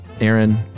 Aaron